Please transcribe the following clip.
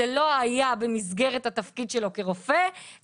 זה לא היה במסגרת התפקיד שלו כרופא,